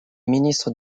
ministre